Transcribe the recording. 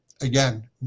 again